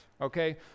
okay